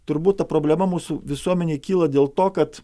turbūt ta problema mūsų visuomenėj kyla dėl to kad